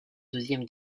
deuxième